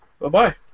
Bye-bye